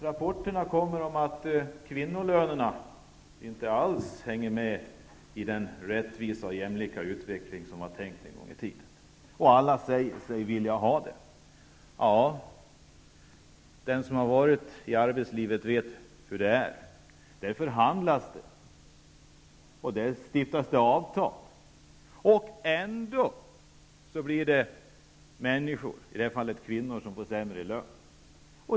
Rapporterna om kvinnolöner visar att dessa löner inte alls hänger med i den rättvisa och jämlika utveckling som var tänkt en gång i tiden och som alla säger sig vilja ha. Den som har varit i arbetslivet vet att det där förhandlas och stiftas avtal. Detta till trots är det kvinnor som får sämre lön.